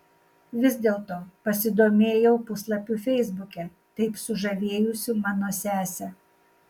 vis dėlto pasidomėjau puslapiu feisbuke taip sužavėjusiu mano sesę